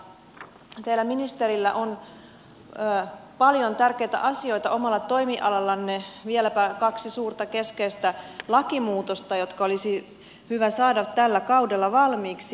teillä ministeri on paljon tärkeitä asioita omalla toimialallanne vieläpä kaksi suurta keskeistä lakimuutosta jotka olisi hyvä saada tällä kaudella valmiiksi